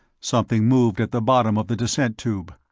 something moved at the bottom of the descent tube.